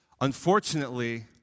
Unfortunately